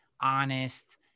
honest